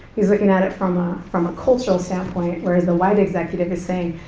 he's lookin' at it from ah from a cultural standpoint, whereas the white executive is saying,